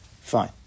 Fine